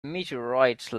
meteorite